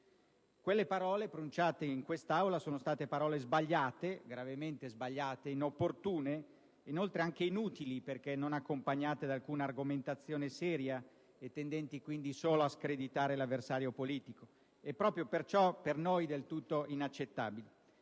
Quelle parole, pronunciate in quest'Aula, sono state gravemente sbagliate, inopportune e inoltre inutili, perché non accompagnate da alcuna argomentazione seria, e tendenti quindi solo a screditare l'avversario politico, e proprio perciò per noi del tutto inaccettabili.